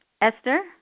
Esther